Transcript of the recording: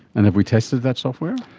and have we tested that software?